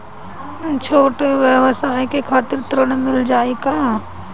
छोट ब्योसाय के खातिर ऋण मिल जाए का?